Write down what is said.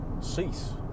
cease